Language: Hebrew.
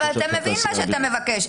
אבל אתה מבין מה שאתה מבקש.